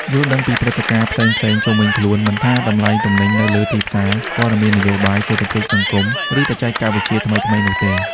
យល់ដឹងពីព្រឹត្តិការណ៍ផ្សេងៗជុំវិញខ្លួន មិនថាតម្លៃទំនិញនៅលើទីផ្សារ ព័ត៌មាននយោបាយ សេដ្ឋកិច្ច សង្គម ឬបច្ចេកវិទ្យាថ្មីៗនោះទេ។